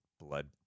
blood